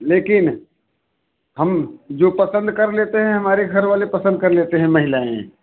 लेकिन हम जो पसंद कर लेते हैं हमारे घरवाले पसंद कर लेते हैं महिलाएँ